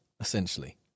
essentially